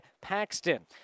Paxton